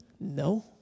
No